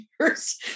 years